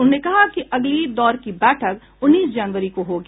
उन्होंने कहा कि अगले दौर की बैठक उन्नीस जनवरी को होगी